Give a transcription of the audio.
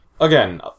Again